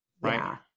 Right